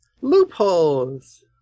Loopholes